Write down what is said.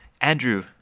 Andrew